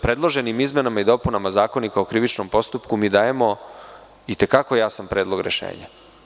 Predloženim izmenama i dopunama Zakonika o krivičnom postupku mi dajemo i te kako jasan predlog rešenja.